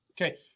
Okay